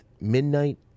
midnight